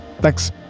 Thanks